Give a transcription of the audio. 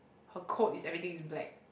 her coat is everything is black